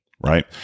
right